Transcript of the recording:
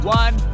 one